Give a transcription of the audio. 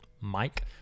Mike